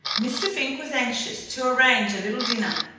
mr. fink was anxious to arrange a little dinner,